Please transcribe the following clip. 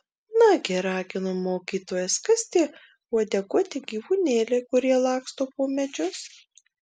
nagi ragino mokytojas kas tie uodeguoti gyvūnėliai kurie laksto po medžius